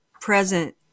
present